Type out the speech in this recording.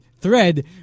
thread